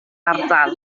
ardal